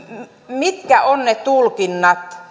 mitkä ovat sitten ne tulkinnat